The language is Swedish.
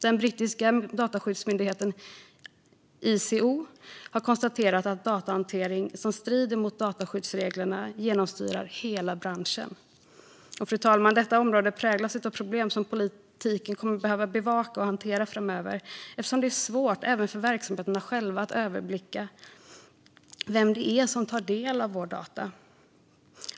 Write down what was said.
Den brittiska dataskyddsmyndigheten ICO har konstaterat att datahantering som strider mot dataskyddsreglerna genomsyrar hela branschen. Fru talman! Detta område präglas av problem som politiken kommer att behöva bevaka och hantera framöver, eftersom det är svårt även för verksamheterna själva att överblicka vem det är som tar del av våra data.